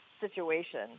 situation